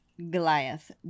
Goliath